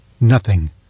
Nothing